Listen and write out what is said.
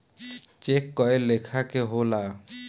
check कए लेखा के होला